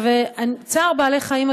צער בעלי חיים,